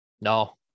no